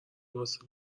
واسه